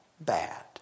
bad